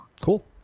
Cool